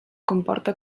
comporta